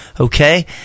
Okay